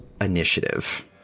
initiative